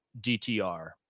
DTR